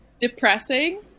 depressing